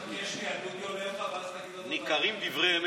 חכה שנייה, דודי עונה לך ואז תגיד אותו דבר.